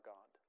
God